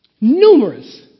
numerous